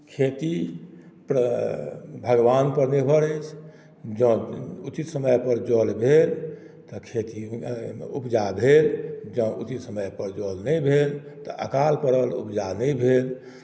खेती भगवानपर निर्भर अछि जँ उचित समयपर जल भेल तऽ खेती उपजा भेल जँ उचित समयपर जल नहि भेल तऽ अकाल पड़ल उपजा नहि भेल